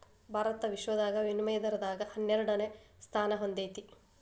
ಭಾರತ ವಿಶ್ವದಾಗ ವಿನಿಮಯ ದರದಾಗ ಹನ್ನೆರಡನೆ ಸ್ಥಾನಾ ಹೊಂದೇತಿ